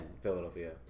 Philadelphia